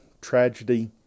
tragedy